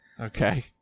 Okay